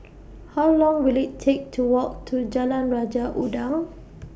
How Long Will IT Take to Walk to Jalan Raja Udang